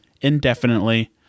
indefinitely